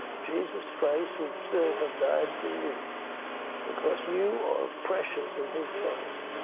jesus christ would still have died for you because you are precious in his sight.